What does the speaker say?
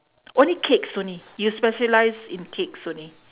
only cakes only you specialise in cakes only